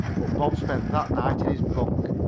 but bob spent that night in his bunk.